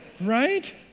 right